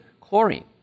Chlorine